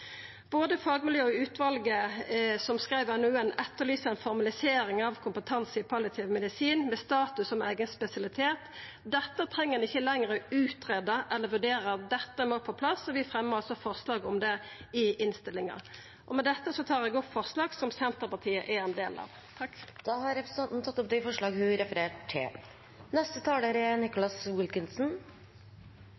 Både fagmiljø og utvalet som skreiv NOU-en, etterlyser ei formalisering av kompetanse i palliativ medisin med status som eigen spesialitet. Dette treng ein ikkje lenger greia ut eller vurdera, dette må på plass, og vi fremjar også forslag om det i innstillinga. Med dette tar eg opp det forslaget som Senterpartiet er ein del av. Representanten Kjersti Toppe har tatt opp det forslaget hun refererte til.